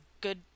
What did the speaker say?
good